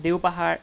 Deopahar